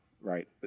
right